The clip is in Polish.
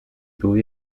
były